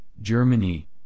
Germany